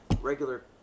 regular